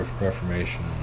Reformation